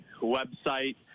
website